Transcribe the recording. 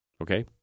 Okay